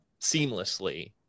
seamlessly